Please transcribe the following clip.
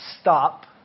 Stop